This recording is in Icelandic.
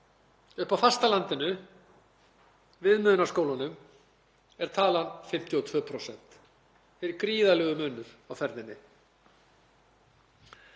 Uppi á fastalandinu, í viðmiðunarskólunum, er talan 52%. Hér er gríðarlegur munur á ferðinni.